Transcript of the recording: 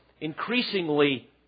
increasingly